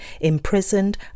imprisoned